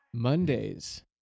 mondays